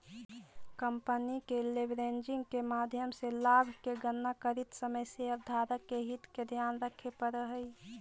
company के leveraging के माध्यम से लाभ के गणना करित समय शेयरधारक के हित के ध्यान रखे पड़ऽ हई